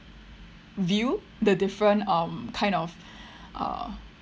view the different um kind of uh